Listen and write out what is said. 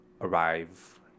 arrive